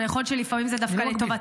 אבל יכול להיות שלפעמים זה דווקא לטובתו.